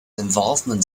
involvement